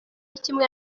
kimwe